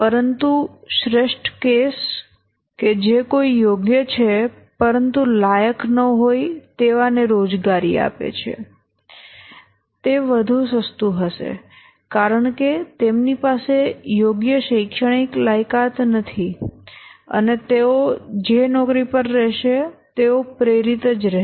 પરંતુ શ્રેષ્ઠ કેસ કે જે કોઈ યોગ્ય છે પરંતુ લાયક ન હોય તેવા ને રોજગારી આપે છે તે વધુ સસ્તું હશે કારણ કે તેમની પાસે યોગ્ય શૈક્ષણિક લાયકાત નથી અને તેઓ જે પર નોકરી રહેશે તેઓ પ્રેરિત જ રહેશે